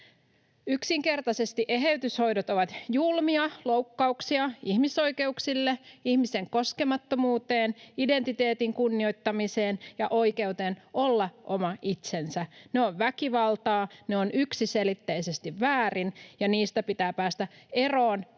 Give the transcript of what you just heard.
yksinkertaisesti julmia loukkauksia ihmisoikeuksille, ihmisen koskemattomuudelle, identiteetin kunnioittamiselle ja oikeudelle olla oma itsensä. Ne ovat väkivaltaa, ne ovat yksiselitteisesti väärin, ja niistä pitää päästä eroon